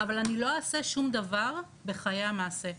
אבל אני לא אעשה שום דבר בחיי המעשה.